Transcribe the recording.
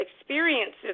experiences